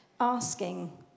asking